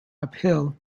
uphill